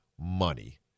money